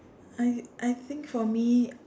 I I think for me